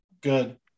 Good